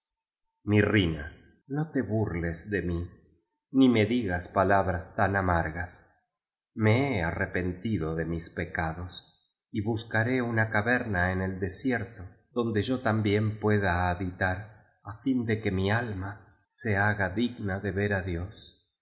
pecados mirrina no te burles de mí ni me digas palabras tan amargas me he arrepentido de mis pecados y buscaré una caverna en el desierto donde yo también pueda habitar á fin de que mi alma se haga digna de ver á dios